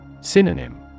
Synonym